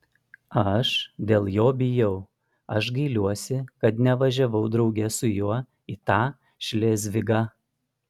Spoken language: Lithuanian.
aš dėl jo bijau aš gailiuosi kad nevažiavau drauge su juo į tą šlėzvigą